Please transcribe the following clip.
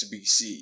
BC